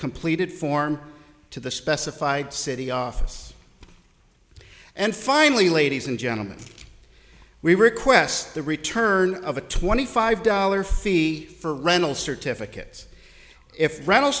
completed form to the specified city office and finally ladies and gentlemen we request the return of a twenty five dollar fee for rental certificates if r